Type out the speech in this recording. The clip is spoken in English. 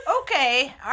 Okay